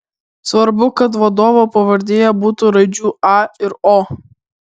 svarbu kad vadovo pavardėje būtų raidžių a ir o